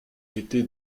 été